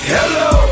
Hello